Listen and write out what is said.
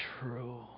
true